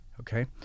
Okay